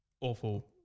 Awful